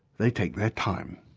they take their time.